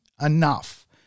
enough